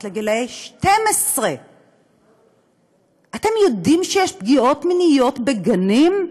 לגיל 12. אתם יודעים שיש פגיעות מיניות בגנים?